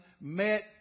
met